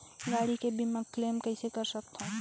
गाड़ी के बीमा क्लेम कइसे कर सकथव?